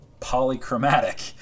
polychromatic